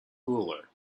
cooler